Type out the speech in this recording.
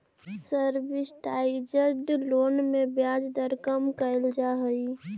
subsidised loan में ब्याज दर कम कैल जा हइ